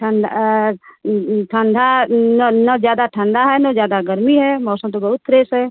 ठंड ठंडी ना ना ज़्यादा ठंडी है ना ज़्यादा गर्मी है मौसम तो बहुत फ्रेस है